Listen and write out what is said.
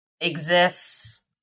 exists